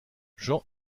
jean